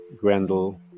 Grendel